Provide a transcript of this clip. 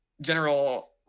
general